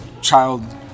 child